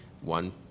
One